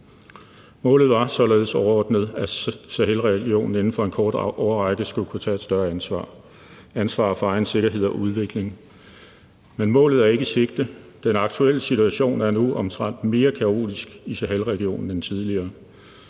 Målet var således overordnet, at Sahelregionen inden for en kortere årrække skulle kunne tage et større ansvar for egen sikkerhed og udvikling. Men målet er ikke i sigte. Den aktuelle situation er nu omtrent mere kaotisk i Sahelregionen end tidligere,